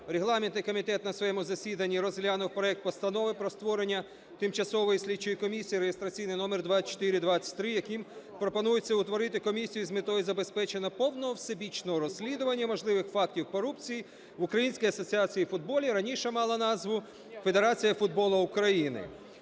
Регламентний комітет на своєму засіданні розглянув проект Постанови про створення Тимчасової слідчої комісії реєстраційний номер 2423, яким пропонується утворити комісію з метою забезпечення повного та всебічного розслідування можливих фактів корупції в Українській асоціації футболу (раніше мала назву - Федерація футболу України).